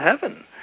heaven